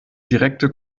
direkte